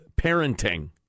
parenting